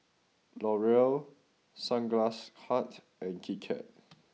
Laurier Sunglass Hut and Kit Kat